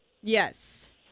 Yes